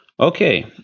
Okay